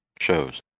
shows